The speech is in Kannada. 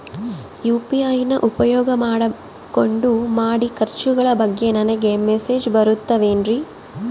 ಯು.ಪಿ.ಐ ನ ಉಪಯೋಗ ಮಾಡಿಕೊಂಡು ಮಾಡೋ ಖರ್ಚುಗಳ ಬಗ್ಗೆ ನನಗೆ ಮೆಸೇಜ್ ಬರುತ್ತಾವೇನ್ರಿ?